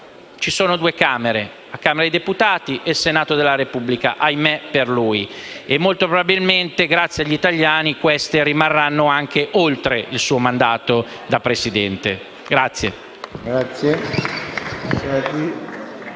ci sono due Camere: la Camera dei deputati e il Senato della Repubblica - ahimè, per lui - e molto probabilmente, grazie agli italiani, esse rimarranno anche oltre il suo mandato da Presidente del